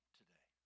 today